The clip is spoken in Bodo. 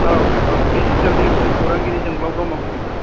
औ औ औ डिजिटेल निउसनि खौरांगिरि जोंब्लाव ब्रम्ह बुंदों सार